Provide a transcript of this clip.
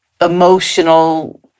emotional